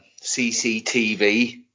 CCTV